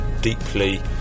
deeply